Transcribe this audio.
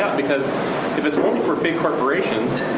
because if it's only for big corporations,